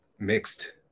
mixed